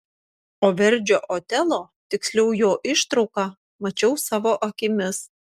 o verdžio otelo tiksliau jo ištrauką mačiau savo akimis